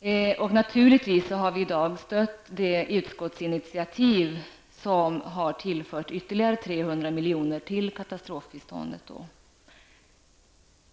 Vi har naturligtvis i dag stött det utskottsinitiativ som har tillfört ytterligare 300 milj.kr. till katastrofbiståndet,